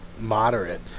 moderate